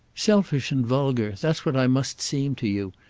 selfish and vulgar that's what i must seem to you.